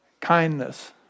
kindness